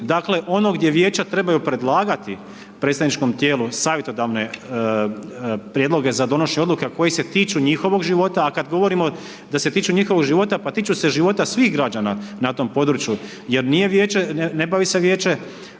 dakle, ono gdje vijeća trebaju predlagati, predstavničkom tijelu savjetodavne prijedloge za donošenje odluka, koji se tiču njihovog života, a kada govori da se tiču njihovog života, pa tiču se života svih građana na tom području, jer nije Vijeće,